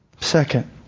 Second